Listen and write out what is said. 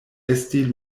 esti